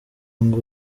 ngo